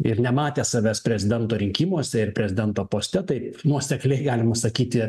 ir nematė savęs prezidento rinkimuose ir prezidento poste taip nuosekliai galima sakyti